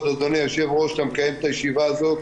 אדוני היו"ר שאתה מקיים את הישיבה הזאת,